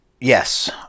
yes